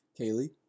Kaylee